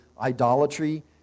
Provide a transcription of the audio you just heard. idolatry